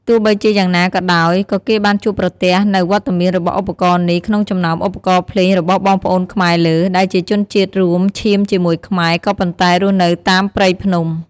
ទោះបីជាយ៉ាងណាក៏ដោយ គេក៏បានជួបប្រទះនូវវត្តមានរបស់ឧបករណ៍នេះ ក្នុងចំណោមឧបករណ៍ភ្លេងរបស់បងប្អូនខ្មែរលើ ដែលជាជនជាតិរួមឈាមជាមួយខ្មែរ ក៏ប៉ុន្តែរស់នៅតាមព្រៃភ្នំ។